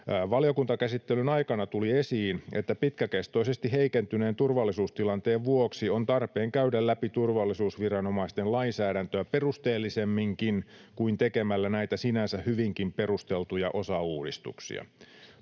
Valiokuntakäsittelyn aikana tuli esiin, että pitkäkestoisesti heikentyneen turvallisuustilanteen vuoksi on tarpeen käydä läpi turvallisuusviranomaisten lainsäädäntöä perusteellisemminkin kuin tekemällä näitä sinänsä hyvinkin perusteltuja osauudistuksia.